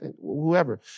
whoever